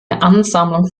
ansammlung